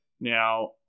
Now